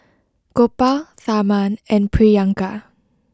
Gopal Tharman and Priyanka